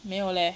没有 leh